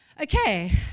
Okay